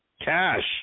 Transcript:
Cash